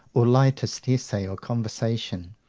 or lightest essay or conversation.